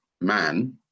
man